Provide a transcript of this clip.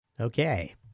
okay